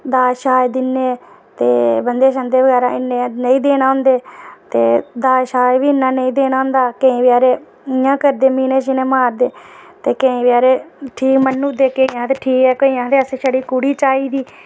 दाज़ दिन्ने ते बन्धे बगैरा इन्ने नेईं देना होंदे ते दाज बी इन्ना नेईं देना होंदा केईं बचैरे इ'यां करदे मीह्ने मारदे ते केईं बचैरे ठीक मन्नी ओड़दे ते केईं बचैरे आखदे ठीक ऐ असें खाल्ली कुड़ी चाहिदी